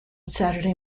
saturday